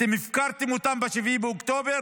אתם הפקרתם אותם ב-7 באוקטובר,